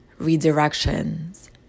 redirections